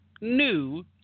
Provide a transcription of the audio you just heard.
new